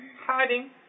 Hiding